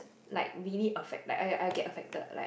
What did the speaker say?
like really affect like I I'll get affected right